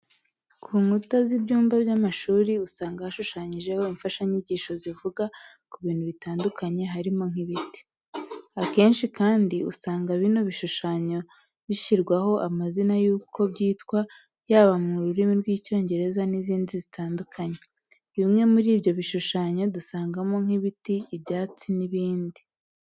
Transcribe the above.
Ku nkuta z'ibyumba by'amashuri usanga hashushanyijeho imfashanyigisho zivuga ku bintu bitandukanye harimo nk'ibiti. Akenshi kandi usanga bino bishushanyo bishyirwaho amazina yuko byitwa yaba mu rurimi rw'Icyongereza n'izindi zitandukanye. Bimwe muri ibyo bishushanyo dusangamo nk'ibiti, ibyatsi n'ibindi.